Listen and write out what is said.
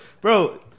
bro